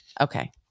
Okay